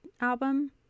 album